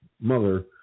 mother